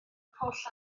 pwll